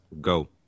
go